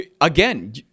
again